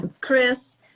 chris